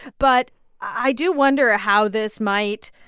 but i do wonder ah how this might,